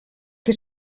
que